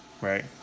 right